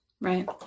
right